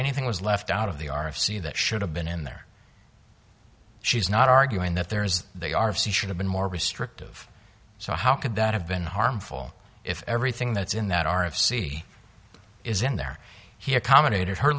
anything was left out of the r f c that should have been in there she's not arguing that there is they are c should have been more restrictive so how could that have been harmful if everything that's in that r f c is in there he accommodated her